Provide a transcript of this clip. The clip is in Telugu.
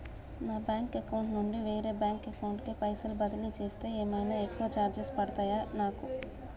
నా బ్యాంక్ అకౌంట్ నుండి వేరే బ్యాంక్ అకౌంట్ కి పైసల్ బదిలీ చేస్తే ఏమైనా ఎక్కువ చార్జెస్ పడ్తయా నాకు?